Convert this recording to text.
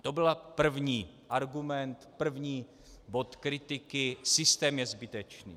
To byl první argument, první bod kritiky systém je zbytečný.